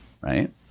right